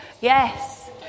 Yes